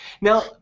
now